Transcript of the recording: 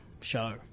show